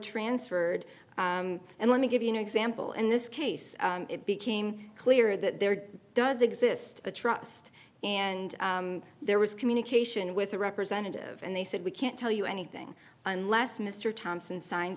transferred and let me give you an example in this case it became clear that there does exist a trust and there was communication with a representative and they said we can't tell you anything unless mr thompson s